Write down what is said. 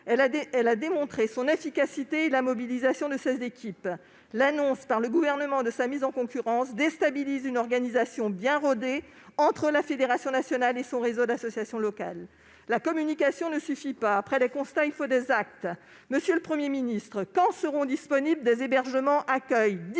a démontré son efficacité, grâce à la mobilisation de ses équipes. L'annonce, par le Gouvernement, de sa mise en concurrence déstabilise une organisation bien rodée entre la FNSF et son réseau d'associations locales. La communication ne suffit pas : après les constats, il faut des actes. Monsieur le Premier ministre, quand des lieux d'accueil et d'hébergement dignes